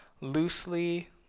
loosely